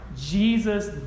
Jesus